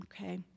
okay